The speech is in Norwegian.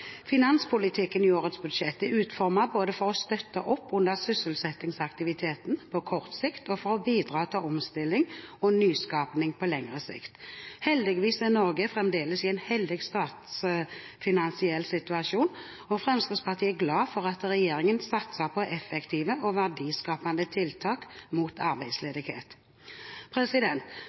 Finanspolitikken i årets budsjett er utformet både for å støtte opp under sysselsettingsaktiviteten på kort sikt og for å bidra til omstilling og nyskaping på lengre sikt. Heldigvis er Norge fremdeles i en heldig statsfinansiell situasjon, og Fremskrittspartiet er glad for at regjeringen satser på effektive og verdiskapende tiltak mot